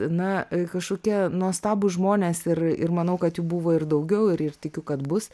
na kažkokie nuostabūs žmonės ir ir manau kad jų buvo ir daugiau ir tikiu kad bus